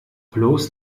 bloß